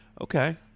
Okay